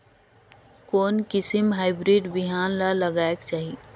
कोन किसम हाईब्रिड बिहान ला लगायेक चाही?